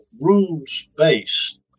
rules-based